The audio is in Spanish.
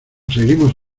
seguimos